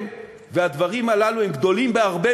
והדברים הללו הם גדולים בהרבה,